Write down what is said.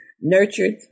Nurtured